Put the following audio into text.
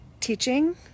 teaching